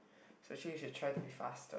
actually you should try to be fast